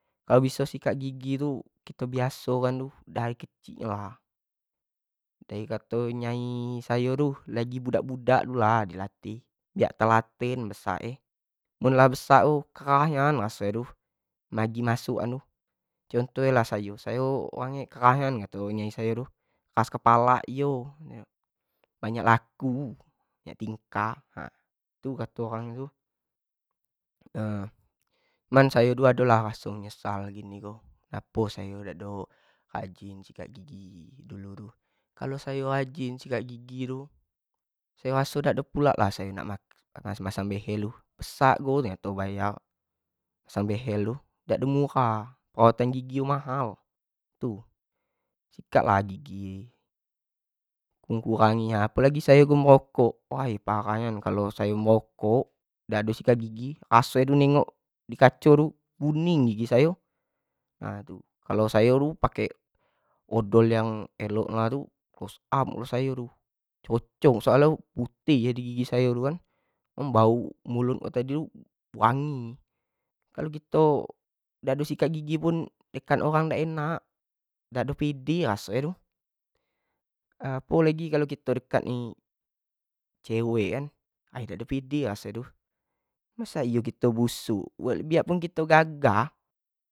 Kalo biso sikat gigi tu kito biaso kan dari kecik tu lah, dari budak-budak tu lah di latih biak telaten besak nyo,, biak lah besak tu keras nian raso nyo tu, contoh no sayo sayo tu orang nyo keras nian, keras kepala iyo, banyak laku banyak tingkah, cuma sekarang tu ado lah raso menyesal sayo tu, ngapo sayo dak rajin gosok gigi, dulu tu kalo sayo ajin gosok gigi tu sayo raso dak ado pula nak pasang-pasang behl tu, besak jugo ternyato bayar tu dak ado murah ternyato perawatn gigi tu mahal, sikat lah gigi mengurangi nya apo lagi sayo ngerokok wai parah nian apo lagi sayo ngerokok dak ado sikat gigi raso negok di kaco tu kuning gigi sayo tu, nah itu kalo sayo tu pake odol yang elok close up yang itu cocok putih, wangi. kalo ak gosok gigi tu dak pede.